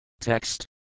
Text